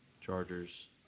Chargers